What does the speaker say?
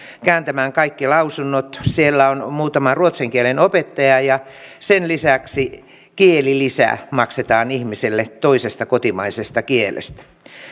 kääntämään kaikki lausunnot siellä on muutama ruotsin kielen opettaja ja sen lisäksi kielilisä maksetaan ihmiselle toisesta kotimaisesta kielestä